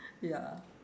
ya